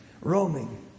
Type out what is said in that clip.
roaming